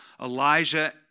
Elijah